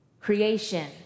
creation